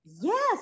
yes